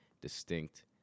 distinct